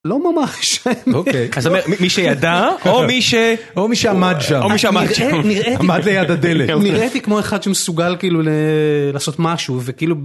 לא ממש, אוקיי, אז זאת אומרת מי שידע, או מי שעמד שם, עמד שם, עמד ליד הדלת, נראיתי כמו אחד שמסוגל כאילו לעשות משהו וכאילו